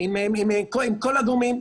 עם כל הגורמים,